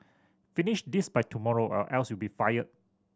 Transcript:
finish this by tomorrow or else you'll be fired